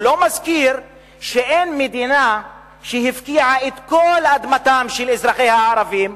הוא לא מזכיר שאין מדינה שהפקיעה את כל אדמתם של אזרחיה הערבים,